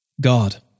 God